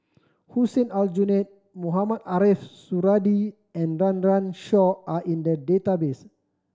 Hussein Aljunied Mohamed Ariff Suradi and Run Run Shaw are in the database